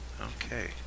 Okay